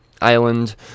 island